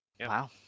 Wow